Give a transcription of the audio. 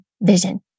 vision